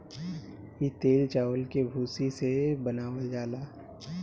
इ तेल चावल के भूसी से बनावल जाला